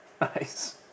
Nice